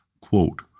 Quote